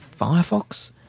Firefox